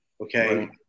okay